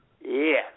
Yes